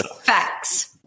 Facts